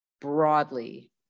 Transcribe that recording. broadly